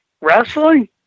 Wrestling